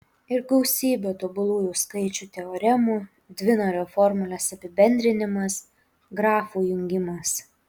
ir gausybė tobulųjų skaičių teoremų dvinario formulės apibendrinimas grafų jungimas